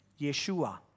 Yeshua